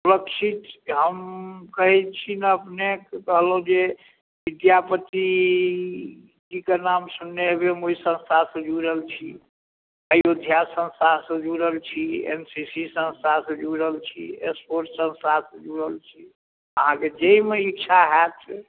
सुरक्षित हम कहैत छी ने अपनेक कहलहुँ जे विद्यापति जी कऽ नाम सुनने होयबै हम ओहि संस्थासँ जुड़ल छी अयोध्या संस्थासँ जुड़ल छी एन सी सी संस्थासँ जुड़ल छी स्पोर्टस संस्थासँ जुड़ल छी अहाँक जहिमे इच्छा होयत